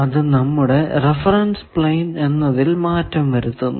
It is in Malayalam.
അത് നമ്മുടെ റഫറൻസ് പ്ലെയിൻ എന്നതിൽ മാറ്റം വരുത്തുന്നു